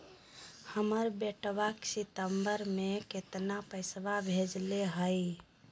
हमर बेटवा सितंबरा में कितना पैसवा भेजले हई?